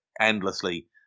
endlessly